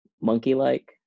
monkey-like